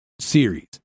series